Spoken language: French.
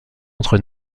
entre